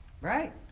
Right